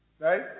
Right